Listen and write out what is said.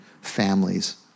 families